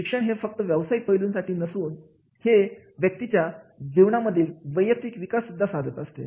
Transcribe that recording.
शिक्षण हे फक्त व्यावसायिक पैलूसाठी नसून हे व्यक्तीचा जीवनामधील वैयक्तीक विकास सुद्धा साधत असते